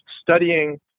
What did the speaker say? studying